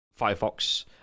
Firefox